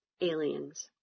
aliens